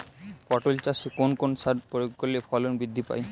পটল চাষে কোন কোন সার প্রয়োগ করলে ফলন বৃদ্ধি পায়?